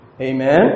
Amen